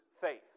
faith